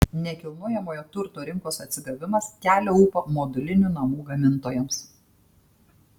nekilnojamojo turto rinkos atsigavimas kelia ūpą modulinių namų gamintojams